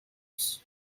use